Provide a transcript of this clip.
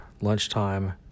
lunchtime